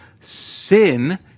sin